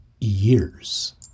years